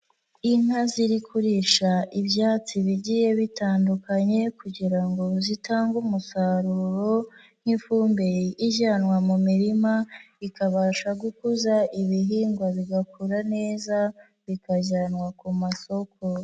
Inka ziri kurisha ibyatsi bigiye bitandukanye kugira ngo zitange umusaruro, nk'ifumbire ijyanwa mu mirima, ikabasha gukuza ibihingwa bigakura neza, bikajyanwa ku masoko.